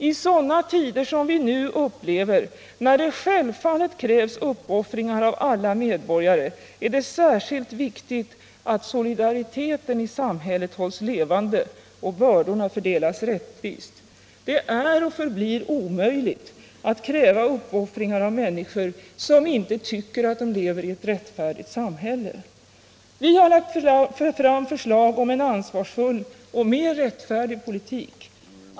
I sådana tider som vi nu upplever — när det självfallet krävs uppoffringar av alla medborgare — är det särskilt viktigt att solidariteten i samhället hålls levande och bördorna fördelas rättvist. Det är och förblir omöjligt att kräva uppoffringar av människor som inte tycker att de lever i ett rättfärdigt samhälle. Vi har lagt fram förslag om en ansvarsfull och mer rättfärdig politik.